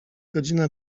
godzina